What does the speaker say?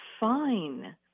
fine